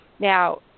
Now